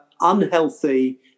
unhealthy